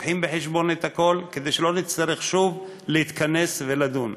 מביאים בחשבון את הכול כדי שלא נצטרך שוב להתכנס ולדון.